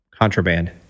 contraband